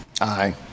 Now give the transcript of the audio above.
Aye